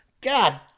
God